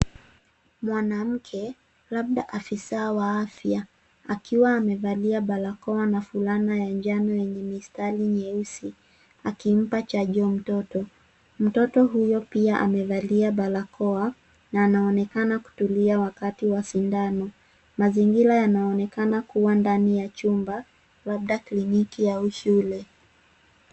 Mwanamke, labda afisa wa afya akiwa amevalia barakoa na fulana ya njano enye mistari nyeusi akimpa chanjo mtoto. Mtoto huyo pia amevalia barakoa na anaonekana kutulia wakati wa sindano. Mazingira yanaonekana kuwa ndani ya chumba labda kliniki au shule.